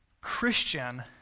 Christian